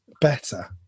better